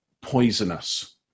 poisonous